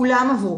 כולם עברו